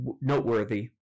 noteworthy